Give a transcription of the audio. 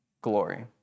glory